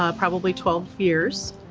ah probably twelve years.